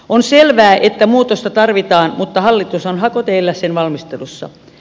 on selvää että muutosta tarvitaan mutta hallitus on hakoteillä sen valmistelussa